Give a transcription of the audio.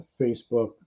Facebook